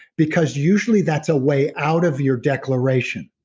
because usually that's a way out of your declaration.